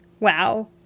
Wow